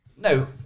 No